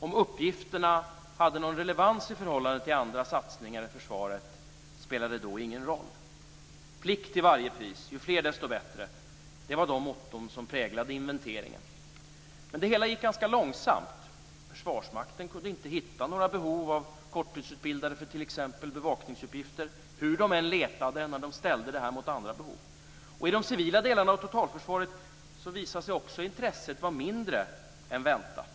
Om uppgifterna hade någon relevans till andra satsningar i försvaret spelade då ingen roll. Plikt till varje pris - ju fler desto bättre! Det var det motto som präglade inventeringen. Men det hela gick ganska långsamt. Försvarsmakten kunde inte hitta något behov av korttidsutbildade för t.ex. bevakningsuppgifter, hur de än letade när de ställde detta mot andra behov. I de civila delarna av totalförsvaret visade sig också intresset vara mindre än väntat.